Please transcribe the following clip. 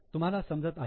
तुम्हाला समजत आहे ना